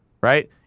right